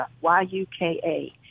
Y-U-K-A